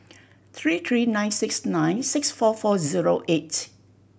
three three nine six nine six four four zero eight